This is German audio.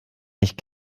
ich